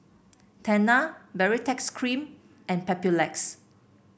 Tena Baritex Cream and Papulex